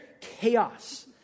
chaos